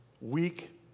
weak